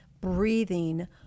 breathing